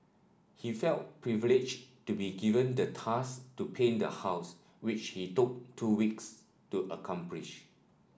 he felt privileged to be given the task to paint the house which he took two weeks to accomplish